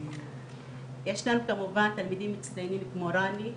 יש לנו כמובן תלמידים מצטיינים כמו רני,